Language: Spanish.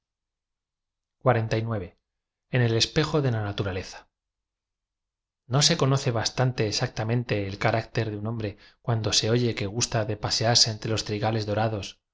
e n el espejo de la naturaleza no se conoce bastante exactam ente el carácter de un hombre cuando se o ye que gusta de pasearse en tre los trigales dorados